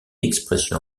expression